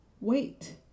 Wait